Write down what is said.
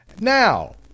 Now